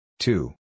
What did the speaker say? Two